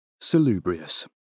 Salubrious